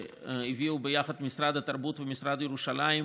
שהביאו ביחד משרד התרבות ומשרד ירושלים,